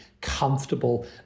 comfortable